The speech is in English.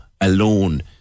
alone